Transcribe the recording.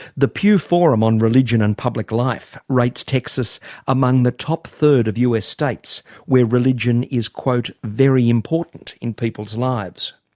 the pew forum on religion and public life rates texas among the top third of us states where religion is very important in people's lives.